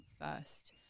first